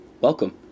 welcome